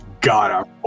God